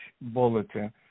bulletin